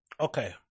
Okay